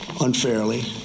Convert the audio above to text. unfairly